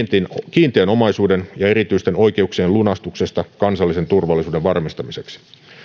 kiinteän omaisuuden ja erityisten oikeuksien lunastuksesta kansallisen turvallisuuden varmistamiseksi